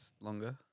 longer